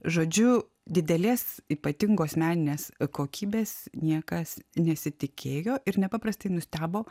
žodžiu didelės ypatingos meninės kokybės niekas nesitikėjo ir nepaprastai nustebo